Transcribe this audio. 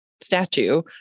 statue